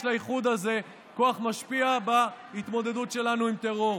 יש לחוק הזה כוח משפיע בהתמודדות שלנו עם טרור.